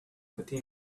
fatima